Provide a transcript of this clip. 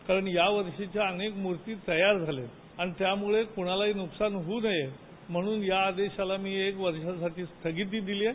तर या वर्षीच्या अनेक मूर्ती तयार झाल्यात आणि त्यामुळे कोणालाही नुकसान होऊ नये म्हणून या आदेशाला एक वर्षांसाठी स्थगिती दिली आहे